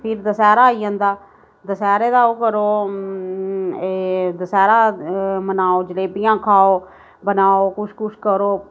फिर दशैहरा आई जंदा दशैह्रे दा ओह् करो दशैह्रा मनाओ जलेबियां खाओ बनाओ कुछ कुछ करो